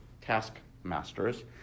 taskmasters